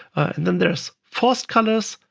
and then there's forced-colors,